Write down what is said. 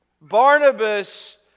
Barnabas